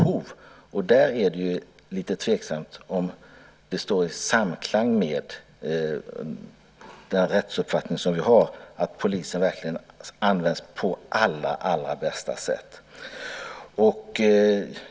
Och då är det lite tveksamt om det står i samklang med den rättsuppfattning som vi har att polisen verkligen ska användas på allra bästa sätt.